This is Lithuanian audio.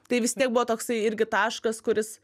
tai vis tiek buvo toksai irgi taškas kuris